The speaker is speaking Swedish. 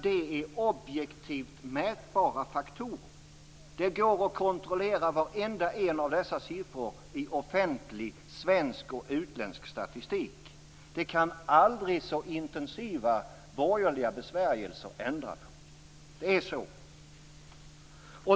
Det är objektivt mätbara faktorer. Det går att kontrollera varenda en av dessa siffror i offentlig svensk och utländsk statistik. Det kan aldrig så intensiva borgerliga besvärjelser ändra på. Det är så.